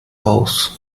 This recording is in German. aus